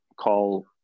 call